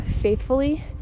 faithfully